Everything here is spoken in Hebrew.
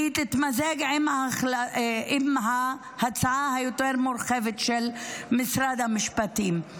והיא תתמזג עם ההצעה היותר-מורחבת של משרד המשפטים.